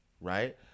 right